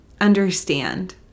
understand